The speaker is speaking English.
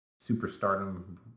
superstardom